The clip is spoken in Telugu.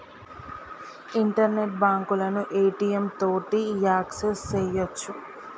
ఇంటర్నెట్ బాంకులను ఏ.టి.యం తోటి యాక్సెస్ సెయ్యొచ్చు